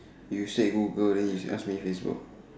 you say Google then you ask me Facebook